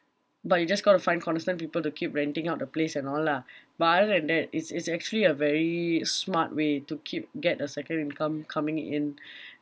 but you just got to find constant people to keep renting out the place and all lah but other than that it's it's actually a very smart way to keep get a secured income coming in